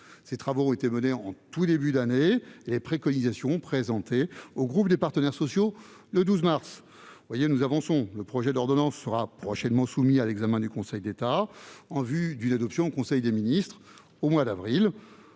Ces travaux ont été menés en tout début d'année, et les préconisations présentées au groupe des partenaires sociaux le 12 mars dernier. Nous avançons ! Le projet d'ordonnance sera prochainement soumis à l'examen du Conseil d'État, en vue d'une adoption par le conseil des ministres au mois d'avril.